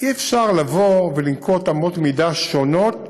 אי-אפשר לבוא ולנקוט אמות מידה שונות ולהגיד: